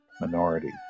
minority